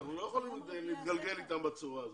אנחנו לא יכולים להתגלגל איתם בצורה הזאת.